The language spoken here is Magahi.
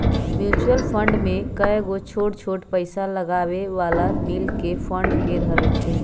म्यूचुअल फंड में कयगो छोट छोट पइसा लगाबे बला मिल कऽ फंड के धरइ छइ